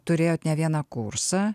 turėjot ne vieną kursą